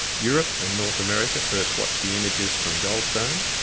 europe and north america first watched the images from goldstone,